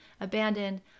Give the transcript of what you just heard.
abandoned